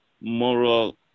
moral